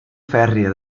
fèrria